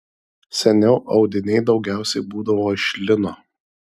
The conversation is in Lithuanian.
seniau audiniai daugiausiai būdavo iš lino